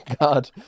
God